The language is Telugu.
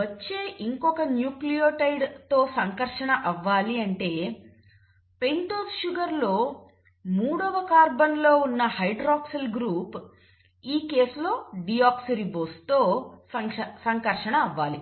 వచ్చే ఇంకొక న్యూక్లియోటైడ్ తో సంకర్షణ అవ్వాలి అంటే పెంటోస్ షుగర్ లో మూడవ కార్బన్ లో ఉన్న హైడ్రాక్సిల్ గ్రూప్ ఈ కేసులో డీఆక్సీరైబోస్ తో సంకర్షణ అవ్వాలి